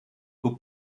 who